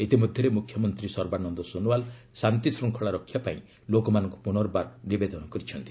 ଇତିମଧ୍ୟରେ ମୁଖ୍ୟମନ୍ତ୍ରୀ ସର୍ବାନନ୍ଦ ସୋନୱାଲ ଶାନ୍ତିଶୃଙ୍ଖଳା ରକ୍ଷା ପାଇଁ ଲୋକମାନଙ୍କୁ ପୁନର୍ବାର ନିବେଦନ କରିଛନ୍ତି